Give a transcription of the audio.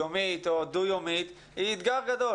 יומית או דו-יומית היא אתגר גדול.